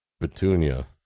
Petunia